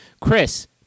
Chris